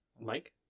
Mike